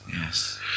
yes